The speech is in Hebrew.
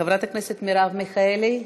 חברת הכנסת מרב מיכאלי,